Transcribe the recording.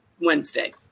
Wednesday